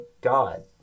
God